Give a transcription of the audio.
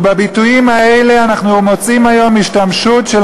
ובביטויים האלה אנחנו מוצאים היום שימוש של